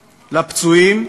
לפצועים,